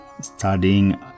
studying